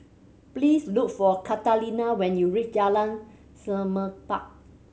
please look for Catalina when you reach Jalan Semerbak